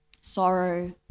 sorrow